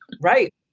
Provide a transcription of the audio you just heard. right